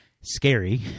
scary